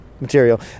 material